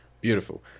Beautiful